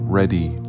ready